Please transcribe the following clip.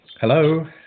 Hello